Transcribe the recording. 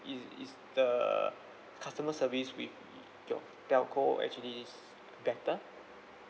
is is the customer service with your telco actually is better